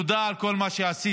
תודה על כל מה שעשית.